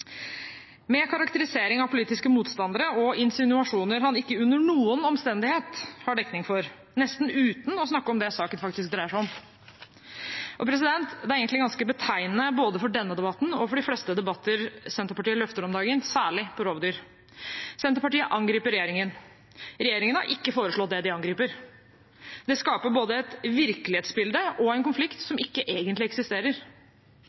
med karakterisering av politiske motstandere og insinuasjoner han ikke under noen omstendighet har dekning for, nesten uten å snakke om det saken faktisk dreier seg om. Det er egentlig ganske betegnende både for denne debatten og for de fleste debatter Senterpartiet løfter om dagen, særlig om rovdyr. Senterpartiet angriper regjeringen. Regjeringen har ikke foreslått det de angriper dem for. Det skaper både et virkelighetsbilde og en konflikt som ikke egentlig eksisterer.